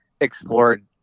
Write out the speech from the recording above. explored